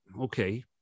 okay